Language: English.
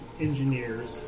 engineers